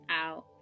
out